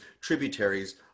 tributaries